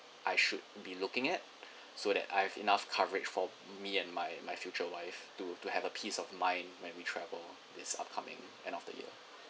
I should be looking at so that I've enough coverage for me and my my future wife to to have a peace of mind when we travel this upcoming end of the year